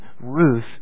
Ruth